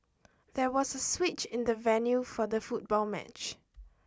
there was a switch in the venue for the football match